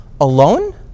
alone